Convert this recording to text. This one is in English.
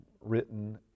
written